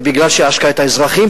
ומפני שעשקה את האזרחים.